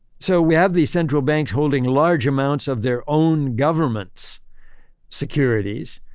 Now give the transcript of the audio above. so, we have these central banks holding large amounts of their own government's securities.